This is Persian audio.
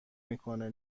میکنه